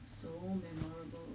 so memorable